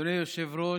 אדוני היושב-ראש,